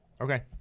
Okay